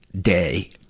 day